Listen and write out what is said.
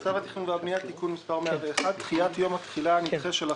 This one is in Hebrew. "צו התכנון והבניה (תיקון מס' 101) (דחיית יום התחילה הנדחה של החוק),